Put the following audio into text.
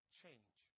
change